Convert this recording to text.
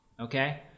Okay